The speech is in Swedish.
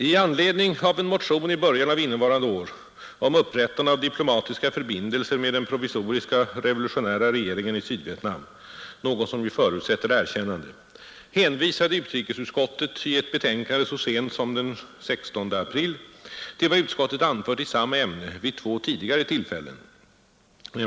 I anledning av en motion i början av innevarande år om upprättande av diplomatiska förbindelser med den provisoriska revolutionära regeringen i Sydvietnam, något som ju förutsätter erkännande, hänvisade utrikesutskottet i ett betänkande så sent som den 16 april till vad utskottet anfört i samma ämne vid två tidigare tillfällen .